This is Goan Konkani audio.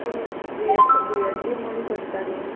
पूण दुयेंत दुयेंती मनीस आसता न्हू